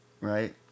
right